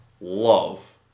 love